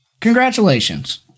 Congratulations